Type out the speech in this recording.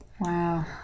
Wow